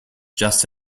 just